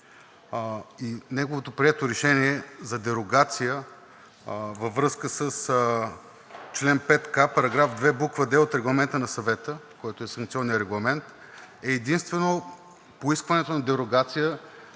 неговото прието решение за дерогация във връзка с чл. 5к, § 2, буква „д“ от Регламента на Съвета, който е санкционният регламент, е единствено поискването на дерогация,